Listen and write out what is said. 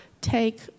take